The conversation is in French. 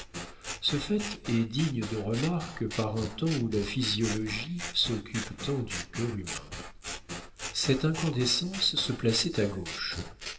ce fait est digne de remarque par un temps où la physiologie s'occupe tant du cœur humain cette incandescence se plaçait à gauche